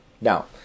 Now